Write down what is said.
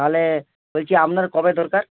তাহলে বলছি আপনার কবে দরকার